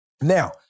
Now